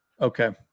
Okay